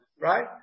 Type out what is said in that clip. Right